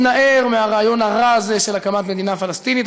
להתנער מהרעיון הרע הזה של הקמת מדינה פלסטינית.